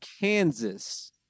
Kansas